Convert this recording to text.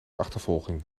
achtervolging